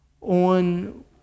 on